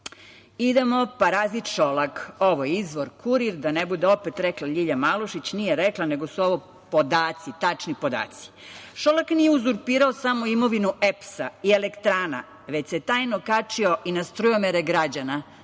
paraziti. Parazit Šolak, izvor "Kurir", da ne bude opet - rekla Ljilja Malušić. Nije rekla, nego su ovo tačni podaci. Šolak nije uzurpirao samo imovinu EPS-a i elektrana, već se tajno kačio i na strujomere građana.